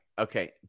okay